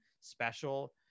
special